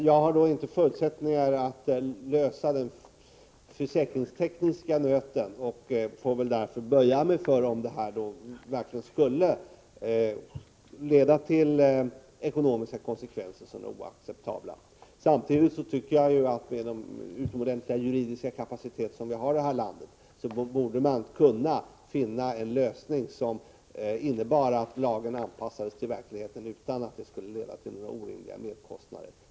Jag har dock inte förutsättningar att åstadkomma en lösning vad gäller den försäkringstekniska nöten, och jag får väl därför böja mig för beskedet att det skulle uppstå oacceptabla ekonomiska konsekvenser. Samtidigt tycker jag att det borde vara möjligt, med den kapacitet som vi har här i landet, att finna en lösning som innebar att lagen anpassades till verkligheten utan att det skulle leda till några orimliga merkostnader.